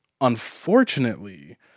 unfortunately